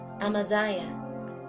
Amaziah